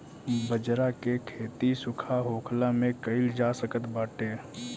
बजरा के खेती सुखा होखलो में कइल जा सकत बाटे